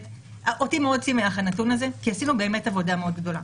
אותי מאוד שמח הנתון הזה כי עשינו באמת עבודה מאוד גדולה.